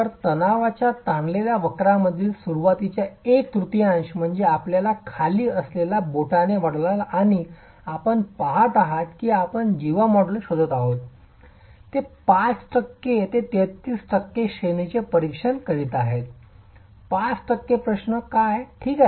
तर तणावाच्या ताणलेल्या वक्रांमधील सुरुवातीच्या एक तृतीयांश म्हणजे आपल्यासाठी खाली असलेल्या बोटाने वाढवलेला आणि आपण पाहत आहात की आपण जीवा मोड्यूलस शोधत आहोत ते 5 टक्के ते 33 टक्के श्रेणीचे परीक्षण करीत आहे 5 टक्के प्रश्न का ठीक आहे